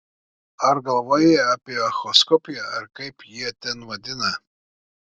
ar galvojai apie echoskopiją ar kaip jie ten vadina